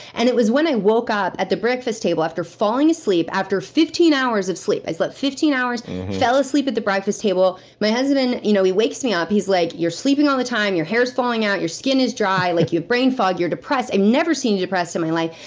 and it was when i woke up, at the breakfast table, after falling asleep, after fifteen hours of sleep. i slept fifteen hours fell asleep at the breakfast table. my husband, you know he wakes me up. he's like, you're sleeping all the time. your hair's falling out. your skin is dry. like you have brain fog. you're depressed. i've never seen you depressed in my life.